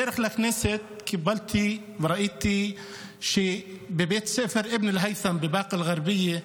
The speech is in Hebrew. בדרך לכנסת קיבלתי וראיתי שבבית הספר אבן אל-היית'ם בבאקה אל-גרבייה,